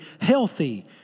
healthy